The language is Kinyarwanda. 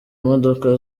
imodoka